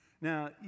Now